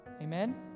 Amen